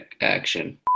action